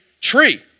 tree